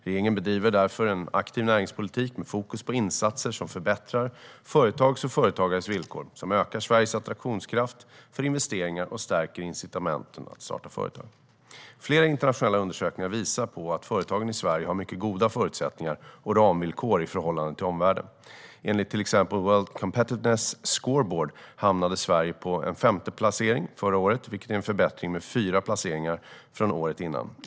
Regeringen bedriver därför en aktiv näringspolitik med fokus på insatser som förbättrar företags och företagares villkor, som ökar Sveriges attraktionskraft för investeringar och som stärker incitamenten att starta företag. Flera internationella undersökningar visar på att företagen i Sverige har mycket goda förutsättningar och ramvillkor i förhållande till omvärlden. Enligt till exempel the World Competitiveness Scoreboard hamnade Sverige på en femteplacering förra året, vilket är en förbättring med fyra placeringar från året innan.